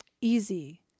easy